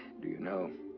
do you know.